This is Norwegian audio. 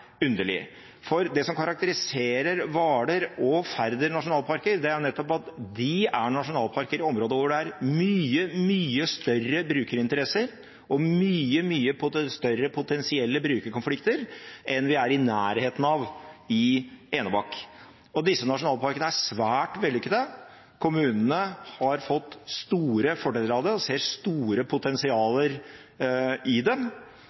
nettopp at de er nasjonalparker i områder hvor det er mye, mye større brukerinteresser og mye, mye større potensielle brukerkonflikter enn man er i nærheten av i Enebakk. Disse nasjonalparkene er svært vellykkete, kommunene har fått store fordeler av det og ser store potensialer i